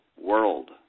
world